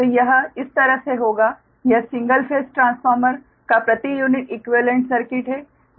तो यह इस तरह से होगा यह सिंगल फेस ट्रांसफार्मर का प्रति यूनिट इक्वीवेलेंट सर्किट है